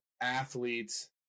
athletes